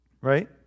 right